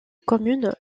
communes